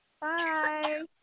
Bye